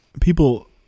people